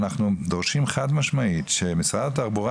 אנחנו דורשים חד-משמעית שמשרד התחבורה